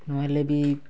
ନ ହେଲେ ବି